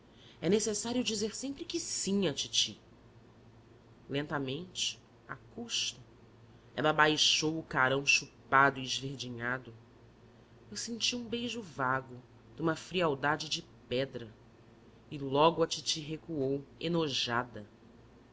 e necessário dizer sempre que sim à titi lentamente a custo ela baixou o carão chupado e esverdinhado eu senti um beijo vago de uma frialdade de pedra e logo a titi recuou enojada